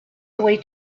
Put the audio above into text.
away